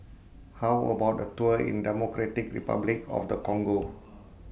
How about A Tour in Democratic Republic of The Congo